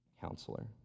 counselor